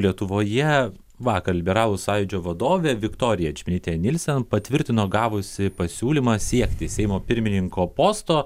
lietuvoje vakar liberalų sąjūdžio vadovė viktorija čmilytė nilsen patvirtino gavusi pasiūlymą siekti seimo pirmininko posto